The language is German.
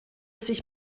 sich